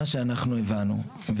מה שהבנו,